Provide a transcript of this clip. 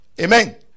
Amen